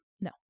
No